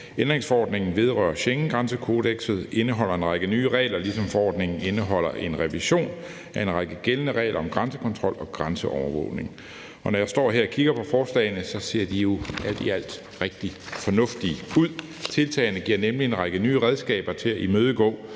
Ændringsforordningen vedrører Schengengrænsekodeksen og indeholder en række nye regler, ligesom forordningen indeholder en revision af en række gældende regler om grænsekontrol og grænseovervågning. Når jeg står her og kigger på forslagene, ser de alt i alt jo rigtig fornuftige ud. Tiltagene giver nemlig en række nye redskaber til at imødegå